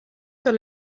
sur